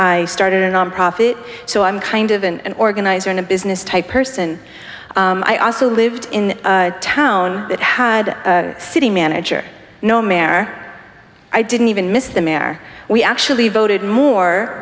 i started a nonprofit so i'm kind of an organizer in a business type person i also lived in a town that had a city manager no mare i didn't even miss the mare we actually voted more